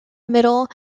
middle